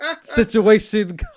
situation